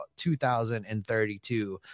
2032